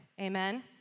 amen